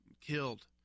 killed